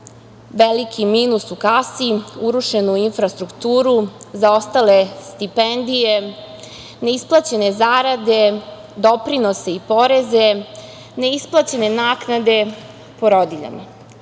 veliki minus u kasi, urušenu infrastrukturu, zaostale stipendije, neisplaćene zarade, doprinose i poreze, neisplaćene naknade porodiljama. Dok